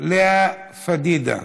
לאה פדידה.